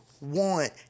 want